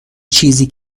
چیزی